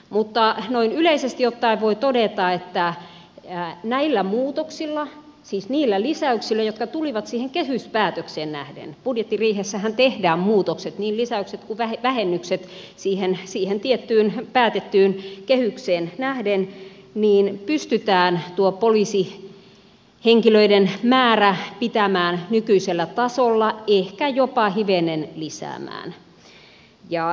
mutta noin yleisesti ottaen voi todeta että näillä muutoksilla siis niillä lisäyksillä jotka tulivat siihen kehyspäätökseen nähden budjettiriihessähän tehdään muutokset niin lisäykset kuin vähennykset siihen tiettyyn päätettyyn kehykseen nähden pystytään tuo poliisihenkilöiden määrä pitämään nykyisellä tasolla ehkä jopa hivenen lisäämään sitä